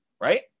right